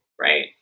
right